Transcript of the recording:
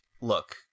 look